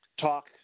talk